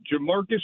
Jamarcus